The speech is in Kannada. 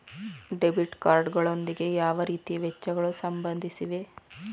ಡೆಬಿಟ್ ಕಾರ್ಡ್ ಗಳೊಂದಿಗೆ ಯಾವ ರೀತಿಯ ವೆಚ್ಚಗಳು ಸಂಬಂಧಿಸಿವೆ?